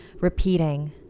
repeating